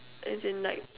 as in like